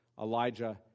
Elijah